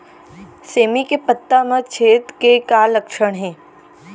सेमी के पत्ता म छेद के का लक्षण हे?